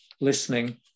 listening